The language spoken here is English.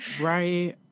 Right